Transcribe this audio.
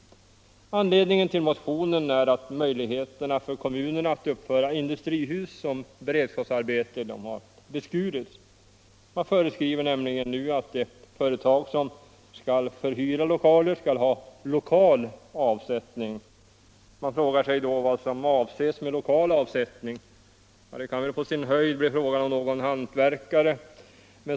Anledningen till motionen är att kommunernas möjligheter att uppföra industrihus som beredskapsarbeten har beskurits. Man föreskriver nämligen nu att de företag som skall förhyra lokaler i sådana industrihus skall ha ”lokal avsättning”. Man frågar sig då vad som avses med lokal avsättning. Det kan väl i så fall på sin höjd bli fråga om någon hantverkare.